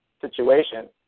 situation